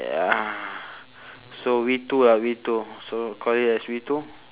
ya so we too lah we too so call it as we too